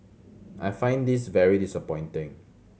I find this very disappointing